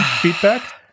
feedback